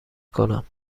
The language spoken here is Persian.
کنم